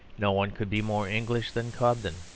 no one could be more english than cobden,